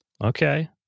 Okay